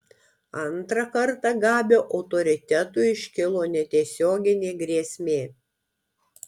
antrą kartą gabio autoritetui iškilo netiesioginė grėsmė